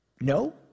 No